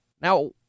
Now